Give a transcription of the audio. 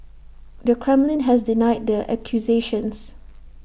the Kremlin has denied the accusations